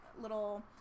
little